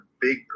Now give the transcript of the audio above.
big